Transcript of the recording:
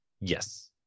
Yes